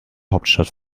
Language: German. hauptstadt